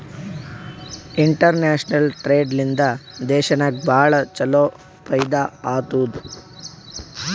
international trade ಲಿಂದಾ ದೇಶನಾಗ್ ಭಾಳ ಛಲೋ ಫೈದಾ ಆತ್ತುದ್